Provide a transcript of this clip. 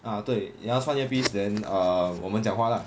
啊对你要穿 ear piece then 我们讲话 lah